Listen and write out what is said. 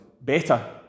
better